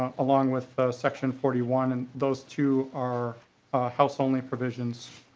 ah along with section forty one. and those to our house only provisions.